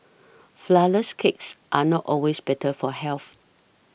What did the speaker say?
Flourless Cakes are not always better for health